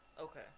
okay